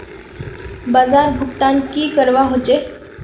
बाजार भुगतान की करवा होचे?